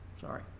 sorry